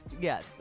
yes